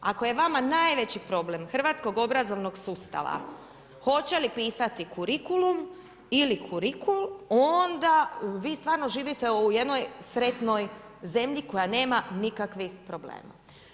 Ako je vama najveći problem hrvatskog obrazovnog sustava, hoće li pisati kurikulum ili kuriku onda vi stvarno živite u jednoj sretnoj zemlji koja nema nikakvih problema.